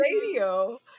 radio